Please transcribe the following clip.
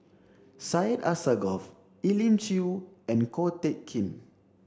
Syed Alsagoff Elim Chew and Ko Teck Kin